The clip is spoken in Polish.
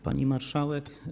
Pani Marszałek!